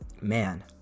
man